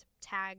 tag